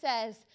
says